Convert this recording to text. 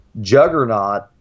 juggernaut